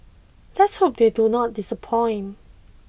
let's hope they do not disappoint